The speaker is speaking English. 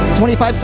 25